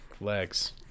legs